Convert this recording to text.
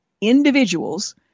individuals